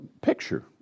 picture